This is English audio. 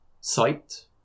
site